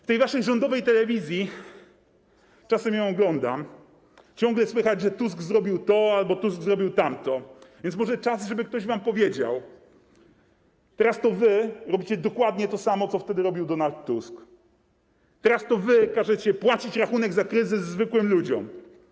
W tej waszej rządowej telewizji - czasem ją oglądam - ciągle słychać, że Tusk zrobił to albo Tusk zrobił tamto, więc może czas, żeby ktoś wam powiedział: teraz to wy robicie dokładnie to samo, co wtedy robił Donald Tusk, teraz to wy każecie płacić rachunek za kryzys zwykłym ludziom.